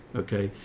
okay.